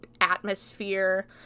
atmosphere